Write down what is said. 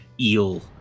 eel